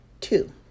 Two